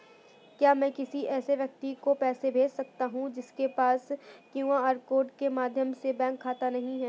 क्या मैं किसी ऐसे व्यक्ति को पैसे भेज सकता हूँ जिसके पास क्यू.आर कोड के माध्यम से बैंक खाता नहीं है?